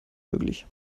möglich